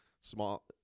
small